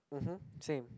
mmhmm same